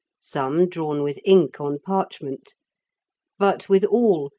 some drawn with ink on parchment but, with all,